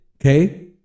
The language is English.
okay